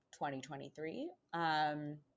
2023